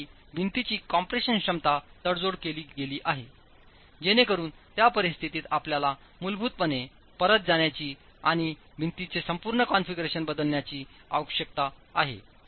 तथापि भिंतीची कॉम्प्रेशन क्षमता तडजोड केली गेली आहे जेणेकरून त्या परिस्थितीत आपल्याला मूलभूतपणे परत जाण्याची आणि भिंतीचे संपूर्ण कॉन्फिगरेशन बदलण्याची आवश्यकता आहे